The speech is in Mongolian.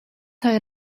хоёр